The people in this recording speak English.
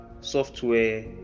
software